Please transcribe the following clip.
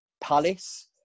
Palace